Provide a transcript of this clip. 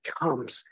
comes